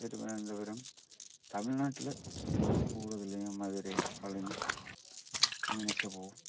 ഇവിടെ തിരുവന്തപുരം തമിഴ്നാട്ടില് കുറച്ച് കൂടുതല് മധുരൈ പളനി അങ്ങനെയൊക്കെ പോകും